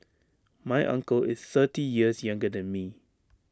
my uncle is thirty years younger than me